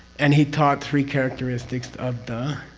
and he taught three characteristics of the?